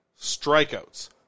strikeouts